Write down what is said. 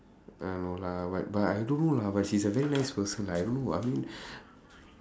ah no lah what but I don't know lah but she's a very nice person lah I don't know I mean